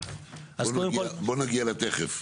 בוא נגיע לתכף.